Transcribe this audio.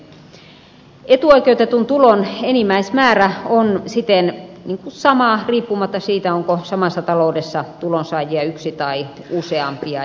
etuoikeutetun tulon enimmäismäärä on siten sama riippumatta siitä onko samassa taloudessa tulonsaajia yksi tai useampia